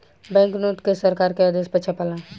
bank note के सरकार के आदेश पर छापाला